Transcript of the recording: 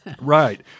Right